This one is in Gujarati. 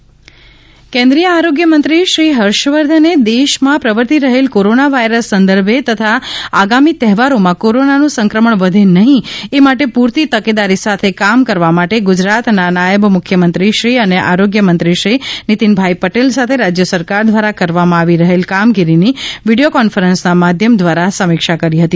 નીતિન પટેલ કેન્દ્રીય આરોગ્ય મંત્રીશ્રી હર્ષવર્ધને દેશમાં પ્રવર્તી રહેલ કોરોના વાયરસ સંદર્ભે તથા આગામી તહેવારોમાં કોરોનાનું સંક્રમણ વધે નહી એ માટે પૂરતી તકેદારી સાથે કામ કરવા માટે ગુજરાતના નાયબ મુખ્યમંત્રીશ્રી અને આરોગ્ય મંત્રી શ્રી નીતિનભાઇ પટેલ સાથે રાજ્ય સરકાર દ્વારા કરવામાં આવી રહેલ કામગીરીની વીડિયો કોન્ફરન્સના માધ્યમ દ્વારા સમીક્ષા કરી હતી